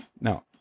no